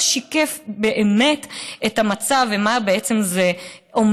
שיקף באמת את המצב ואת מה שבעצם זה אומר,